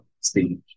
stage